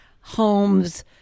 homes